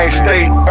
state